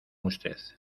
usted